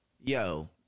yo